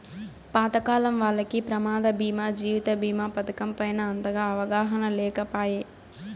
పాతకాలం వాల్లకి ప్రమాద బీమా జీవిత బీమా పతకం పైన అంతగా అవగాహన లేకపాయె